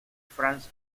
franz